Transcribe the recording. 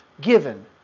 given